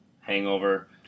Hangover